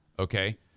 Okay